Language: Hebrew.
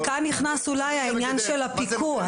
כאן נכנס אולי העניין של הפיקוח.